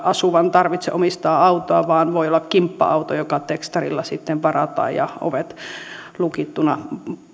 asuvan tarvitse omistaa autoa vaan voi olla kimppa auto joka tekstarilla sitten varataan ja ovet lukittuna